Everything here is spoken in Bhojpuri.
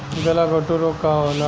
गलघोटू रोग का होला?